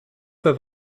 für